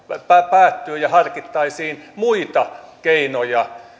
päättyy ja harkittaisiin muita keinoja